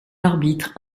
arbitre